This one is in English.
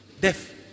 Death